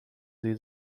sie